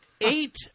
eight